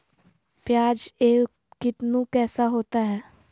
प्याज एम कितनु कैसा होता है?